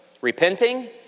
Repenting